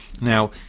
Now